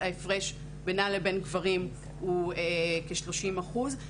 ההפרש בינן לבין גברים הוא כ-30 אחוז.